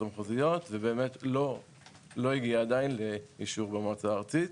המחוזיות ולא הגיעה עדיין לאישור במועצה הארצית,